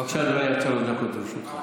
בבקשה, אדוני, עד שלוש דקות לרשותך.